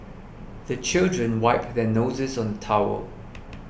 the children wipe their noses on the towel